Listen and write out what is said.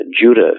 Judah